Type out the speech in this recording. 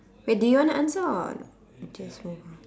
wait do you want to answer or just move on